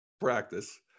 practice